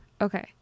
Okay